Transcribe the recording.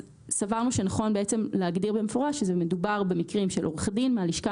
סברנו שנכון להגדיר במפורש שמדובר במקרים של עורך דין מהלשכה